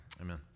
Amen